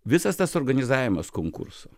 visas tas organizavimas konkurso